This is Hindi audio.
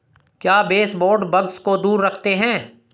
क्या बेसबोर्ड बग्स को दूर रखते हैं?